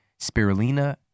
spirulina